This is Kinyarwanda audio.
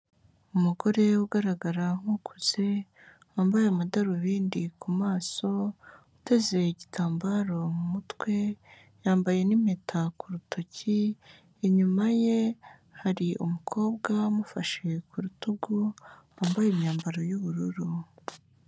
Umugore ugaragara nk'ukuze, wambaye amadarubindi ku maso, uteze igitambaro mu mutwe, yambaye n'impeta ku rutoki, inyuma ye hari umukobwa umufashe ku rutugu, wambaye imyambaro y'ubururu.